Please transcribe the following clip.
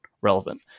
relevant